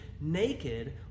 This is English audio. naked